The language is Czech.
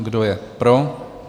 Kdo je pro?